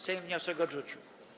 Sejm wniosek odrzucił.